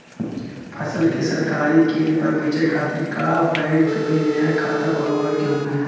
फसल के सरकारी केंद्र पर बेचय खातिर का बैंक में नया खाता खोलवावे के होई?